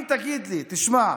אם תגיד לי: תשמע,